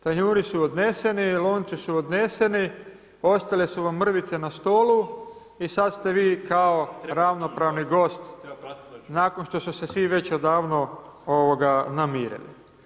Tanjuri su odneseni, lonci su odneseni, ostale su vam mrvice na stolu i sada ste kao ravnopravni gost nakon što su se svi već odavno namirili.